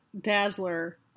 Dazzler